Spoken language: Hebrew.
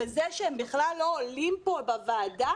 זה שהם בכלל לא עולים כאן בוועדה,